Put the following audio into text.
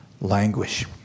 languish